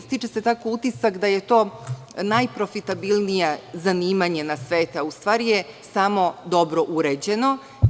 Stiče se tako utisak da je to najprofitabilnije zanimanje na svetu, a u stvari je samo dobro uređeno.